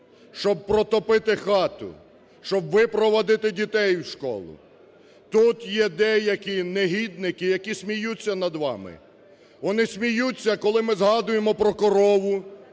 щоб протопити хату, щоб випровадити дітей в школу, тут є деякі негідники, які сміються над вами. Вони сміються, коли ми згадуємо про корову,